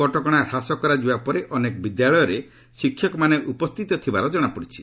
କଟକଣା ହ୍ରାସ କରାଯିବା ପରେ ଅନେକ ବିଦ୍ୟାଳୟରେ ଶିକ୍ଷକମାନେ ଉପସ୍ଥିତ ଥିବାର ଜଣାପଡ଼ିଛି